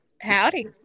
Howdy